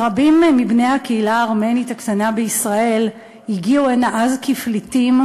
ורבים מבני הקהילה הארמנית הקטנה בישראל הגיעו הנה אז כפליטים.